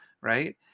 right